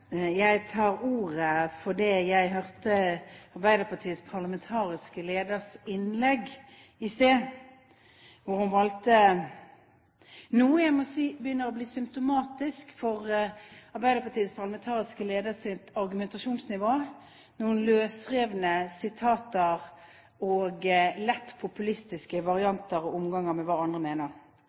Jeg tar ordet fordi jeg hørte Arbeiderpartiets parlamentariske leders innlegg i sted, hvor hun valgte – noe jeg må si begynner å bli symptomatisk for Arbeiderpartiets parlamentariske leders argumentasjonsnivå – noen løsrevne sitater, lett populistiske varianter og lettvint omgang med hva andre mener.